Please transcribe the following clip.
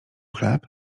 chleb